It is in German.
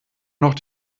noch